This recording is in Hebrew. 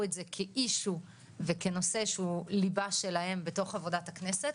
את זה כאישו וכנושא שהוא ליבה שלהם בתוך עבודת הכנסת,